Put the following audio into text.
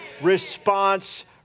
Response